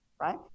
right